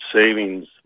savings